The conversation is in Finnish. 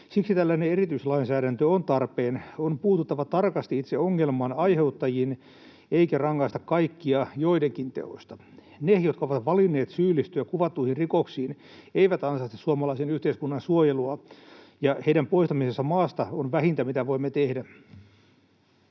Siksi tällainen erityislainsäädäntö on tarpeen. On puututtava tarkasti itse ongelman aiheuttajiin eikä rangaistava kaikkia joidenkin teoista. Ne, jotka ovat valinneet syyllistyä kuvattuihin rikoksiin, eivät ansaitse suomalaisen yhteiskunnan suojelua, ja heidän poistamisensa maasta on vähintä, mitä voimme tehdä.